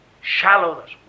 shallowness